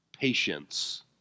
Patience